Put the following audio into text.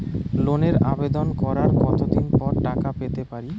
লোনের আবেদন করার কত দিন পরে টাকা পেতে পারি?